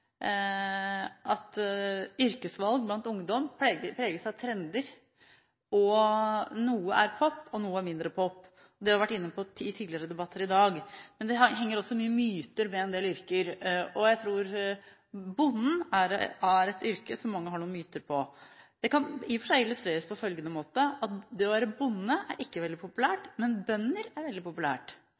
har vi vært inne på i debatter tidligere dag. Men det henger også mange myter ved en del yrker. Jeg tror bonden har et yrke som mange har noen myter om. Det kan i og for seg illustreres på følgende måte: Det å være bonde er ikke veldig populært, men bønder er veldig